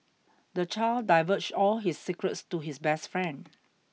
the child divulged all his secrets to his best friend